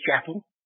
chapel